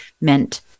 meant